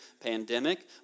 pandemic